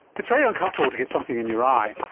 it's very uncomfortable to get something in your eye,